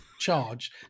charge